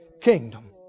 kingdom